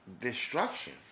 destruction